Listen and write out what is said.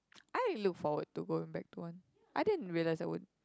I look forward to going back to one I didn't realise I would